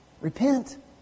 Repent